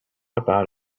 about